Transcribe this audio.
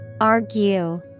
Argue